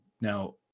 Now